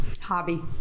hobby